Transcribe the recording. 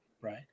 right